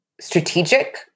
strategic